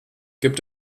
gibt